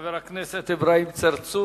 לחבר הכנסת אברהים צרצור.